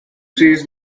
says